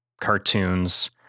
cartoons